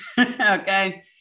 okay